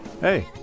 Hey